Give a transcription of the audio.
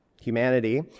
humanity